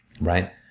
right